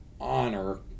honor